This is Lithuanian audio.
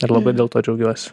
ir labai dėl to džiaugiuosi